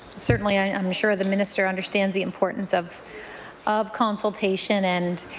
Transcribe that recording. certainly i'm sure the minister understands the importance of of consultation and